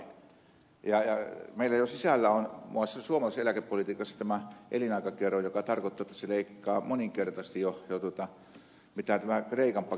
meillä jo sisällä on suomalaisessa eläkepolitiikassa tämä elinaikakerroin joka tarkoittaa että se leikkaa moninkertaisesti jo sen mitä tämä kreikan paketti